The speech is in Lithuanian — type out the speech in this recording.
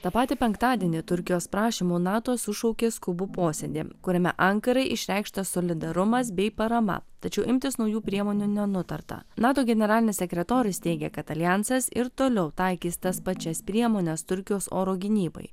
tą patį penktadienį turkijos prašymu nato sušaukė skubų posėdį kuriame ankarai išreikštas solidarumas bei parama tačiau imtis naujų priemonių nenutarta nato generalinis sekretorius teigė kad aljansas ir toliau taikys tas pačias priemones turkijos oro gynybai